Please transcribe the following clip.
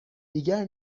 دیگر